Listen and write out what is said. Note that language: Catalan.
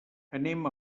anem